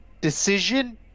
Decision